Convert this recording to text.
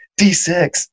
D6